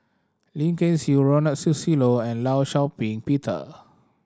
Lim Kay Siu Ronald Susilo and Law Shau Ping Peter